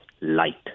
light